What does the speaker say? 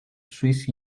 swiss